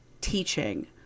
teaching